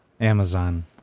Amazon